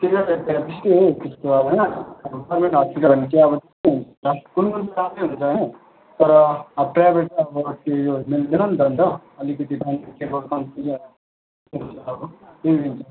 तिनीहरू त्यहाँ त्यस्तै हो त्यस्तो अब होइन अब गभर्मेन्ट हस्पिटल भन्ने चाहिँ अब त्यस्तै हुन्छ कुन कुनमा राम्रै हुन्छ होइन तर अब प्रायः प्रायः चाहिँ अब त्यो मिल्दैन नि त अन्त अलिकति